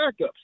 backups